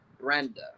Brenda